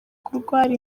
kurwara